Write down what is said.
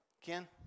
Ken